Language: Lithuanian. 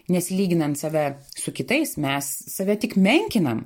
nes lyginant save su kitais mes save tik menkinam